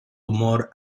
humor